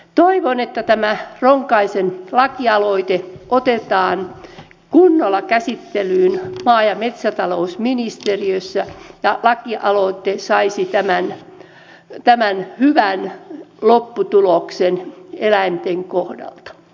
toivon että tämä ronkaisen lakialoite otetaan kunnolla käsittelyyn maa ja metsätalousministeriössä ja lakialoite saisi tämän hyvän lopputuloksen eläinten kohdalla